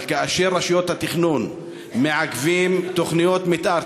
אבל כאשר רשויות התכנון מעכבות תוכניות מתאר,